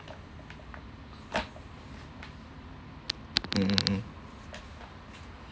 mm mm mm